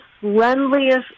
friendliest